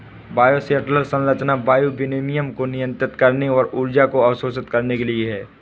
bioshelter संरचना वायु विनिमय को नियंत्रित करने और ऊर्जा को अवशोषित करने के लिए है